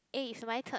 eh it's my turn